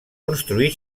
construir